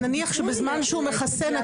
נניח שבזמן שהוא מחסן,